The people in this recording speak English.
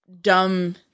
dumb